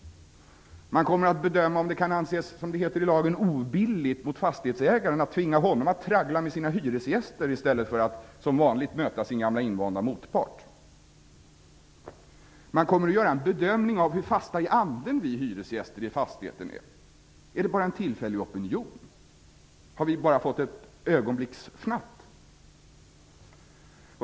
Man kommer att bedöma om det, som det heter i lagen, kan anses obilligt mot fastighetsägaren att tvinga honom att traggla med sina hyresgäster i stället för att som vanligt möta sin gamla invanda motpart. Man kommer att göra en bedömning av hur fasta i anden vi hyresgäster i fastigheten är. Är det bara en tillfällig opinion? Har vi bara fått ett ögonblicks fnatt?